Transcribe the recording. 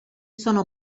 sono